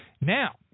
Now